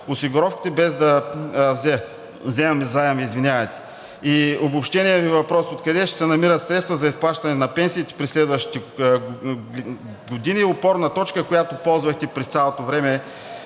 осигуровките, без да взимаме заеми? И обобщеният Ви въпрос откъде ще се намерят средства за изплащане на пенсиите през следващите години – опорна точка, която ползвахте през цялото време